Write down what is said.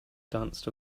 danced